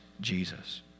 Jesus